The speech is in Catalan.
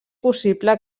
possible